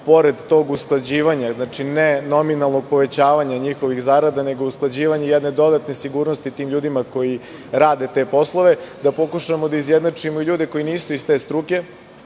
pored tog usklađivanja, ne nominalno povećavanje njihovih zarada, nego usklađivanje jedne dodatne sigurnosti tim ljudima koji rade te poslove, da pokušamo da izjednačimo i ljude koji nisu iz te struke.